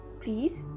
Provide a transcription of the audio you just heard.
please